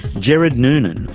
gerard noonan,